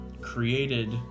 created